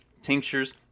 tinctures